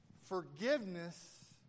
Forgiveness